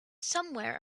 somewhere